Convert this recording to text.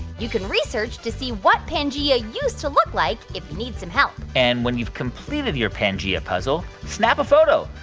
you can research to see what pangea used to look like, if you need some help and when you've completed your pangea puzzle, snap a photo.